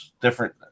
different